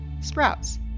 sprouts